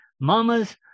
Mamas